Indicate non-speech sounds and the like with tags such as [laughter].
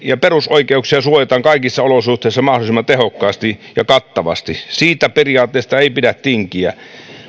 [unintelligible] ja perusoikeuksia suojataan kaikissa olosuhteissa mahdollisimman tehokkaasti ja kattavasti siitä periaatteesta ei pidä tinkiä